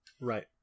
Right